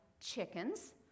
Chickens